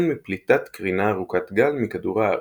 וכן מפליטת קרינה ארוכת גל מכדור הארץ.